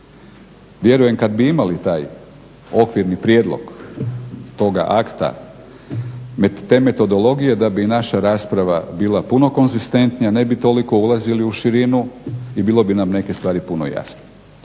Vjerujem kada bi imali taj okvirni prijedlog toga akta te metodologije da bi i naša rasprava bila puno konzistentnija, ne bi toliko ulazili u širinu i bile bi nam neke stvari puno jasnije.